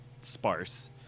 sparse